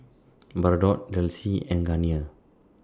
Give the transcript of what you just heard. Bardot Delsey and Garnier